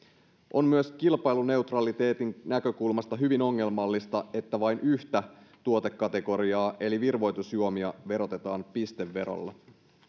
on myös kilpailuneutraliteetin näkökulmasta hyvin ongelmallista että vain yhtä tuotekategoriaa eli virvoitusjuomia verotetaan pisteverolla